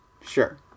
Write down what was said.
Sure